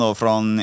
från